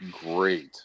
great